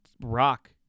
rock